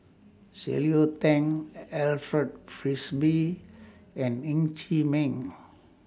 Cleo Thang Alfred Frisby and Ng Chee Meng